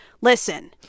listen